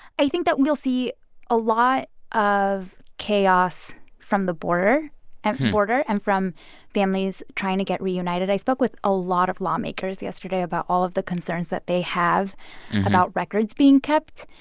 i think that we'll see a lot of chaos from the border at the border and from families trying to get reunited. i spoke with a lot of lawmakers yesterday about all of the concerns that they have about records being kept,